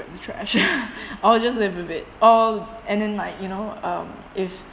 in the trash or just live with it all and then like you know um if